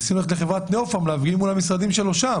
ניסינו ללכת ולהפגין מול המשרדים שלו שם.